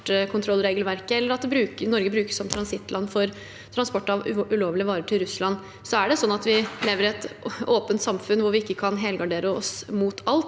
eksportkontrollregelverket eller at Norge brukes som transittland for transport av ulovlige varer til Russland. Vi lever i et åpent samfunn hvor vi ikke kan helgardere oss mot alt.